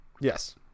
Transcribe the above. Yes